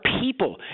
people